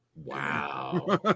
Wow